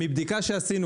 מבדיקה שעשינו,